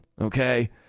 Okay